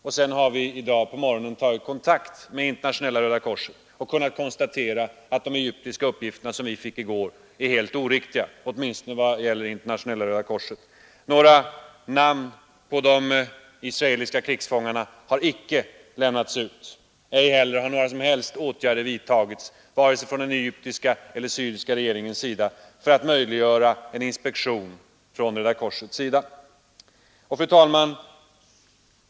Men i dag på morgonen har vi tagit kontakt med Internationella röda korset och då kunnat konstatera att de egyptiska uppgifter som vi fick i går var helt oriktiga, i varje fall vad gäller Internationella röda korset. Några namn på de israeliska krigsfångarna har icke lämnats ut, och inte heller har några som helst åtgärder vidtagits av regeringarna i Egypten eller Syrien för att möjliggöra en inspektion av Röda korset. Fru talman!